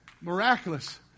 Miraculous